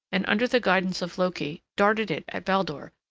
and under the guidance of loki, darted it at baldur,